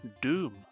Doom